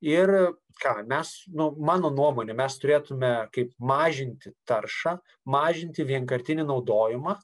ir ką mes nu mano nuomone mes turėtume kaip mažinti taršą mažinti vienkartinį naudojimą